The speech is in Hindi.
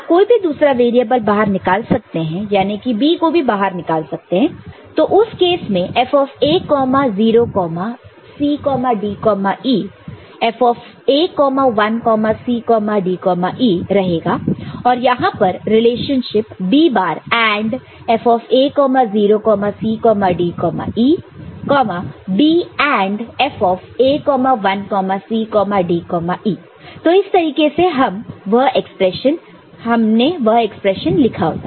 आप कोई भी दूसरा वेरिएबल बाहर निकाल सकते हैं याने की B को भी बाहर निकाल सकते हैं तो उस केस में FA 0 C DE FA 1 C DE रहेगा और यहां पर relationship B bar AND FA 0 C DE B AND FA 1 C DE तो इस तरीके से हम वह एक्सप्रेशन लिखा होता